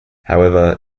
however